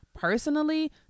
personally